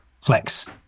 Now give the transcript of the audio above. flex